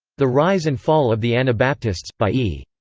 the rise and fall of the anabaptists, by e.